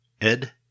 Ed